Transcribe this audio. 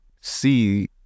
see